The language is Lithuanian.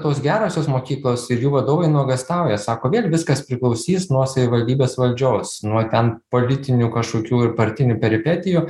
tos gerosios mokyklos ir jų vadovai nuogąstauja sako vėl viskas priklausys nuo savivaldybės valdžios nuo ten politinių kažkokių ir partinių peripetijų